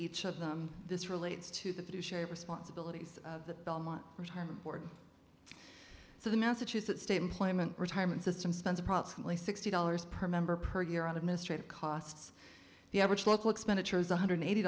each of them this relates to the two shared responsibilities of the belmont retirement board so the massachusetts state employment retirement system spends approximately sixty dollars per member per year on administrative costs the average local expenditures one hundred eighty